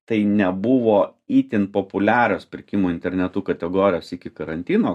tai nebuvo itin populiarios pirkimo internetu kategorijos iki karantino